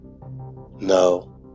No